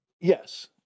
Yes